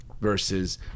versus